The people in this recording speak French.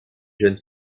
jeune